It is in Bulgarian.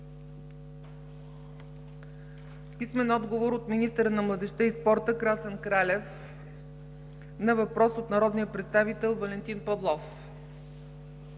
Петър Славов; - министъра на младежта и спорта Красен Кралев на въпрос от народния представител Валентин Павлов;